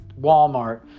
walmart